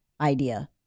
idea